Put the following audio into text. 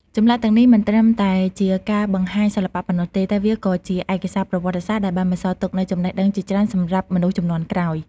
ចម្លាក់ទាំងនេះមិនត្រឹមតែជាការបង្ហាញសិល្បៈប៉ុណ្ណោះទេ តែវាក៏ជាឯកសារប្រវត្តិសាស្ត្រដែលបានបន្សល់ទុកនូវចំណេះដឹងជាច្រើនសម្រាប់មនុស្សជំនាន់ក្រោយ។